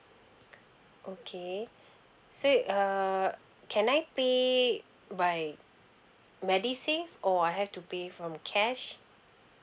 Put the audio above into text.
okay so it uh can I pay by medisafe or I have to pay from cash